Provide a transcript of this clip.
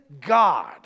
God